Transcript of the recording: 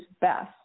best